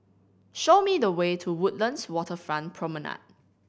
show me the way to Woodlands Waterfront Promenade